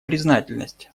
признательность